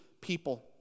people